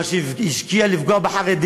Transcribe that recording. ממה שהיא השקיעה כדי לפגוע בחרדים,